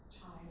child